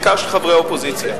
בעיקר של חברי אופוזיציה.